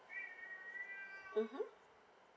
mmhmm